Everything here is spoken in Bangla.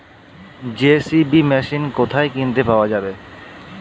জে.সি.বি মেশিন কোথায় কিনতে পাওয়া যাবে?